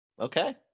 Okay